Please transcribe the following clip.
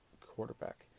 quarterback